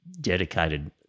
dedicated